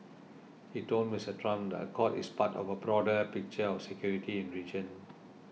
he told Mister Trump the accord is part of a broader picture of security in region